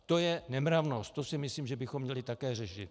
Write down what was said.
To je nemravnost, to si myslím, že bychom měli také řešit.